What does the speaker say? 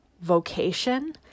vocation